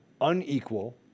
unequal